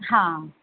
ਹਾਂ